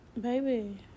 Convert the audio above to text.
baby